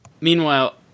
Meanwhile